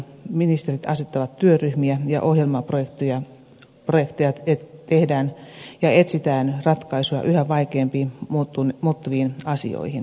ministerit asettavat työryhmiä ja ohjelmaprojekteja tehdään ja etsitään ratkaisuja yhä vaikeammiksi muuttuviin asioihin